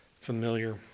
familiar